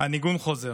הניגון חוזר.